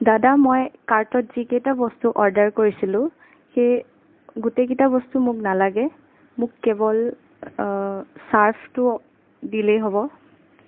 দাদা মই কাৰ্টত যিকেইটা বস্তু অৰ্ডাৰ কৰিছিলোঁ সেই গোটেই কেইটা বস্তু মোক নালাগে মোক কেৱল ছাৰ্ফটো দিলেই হ'ব